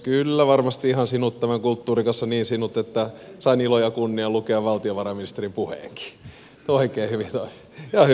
kyllä varmasti ihan sinut tämän kulttuurin kanssa niin sinut että sain ilon ja kunnian lukea valtiovarainministerin puheenkin oikein hyvin meni ja hyvä puhe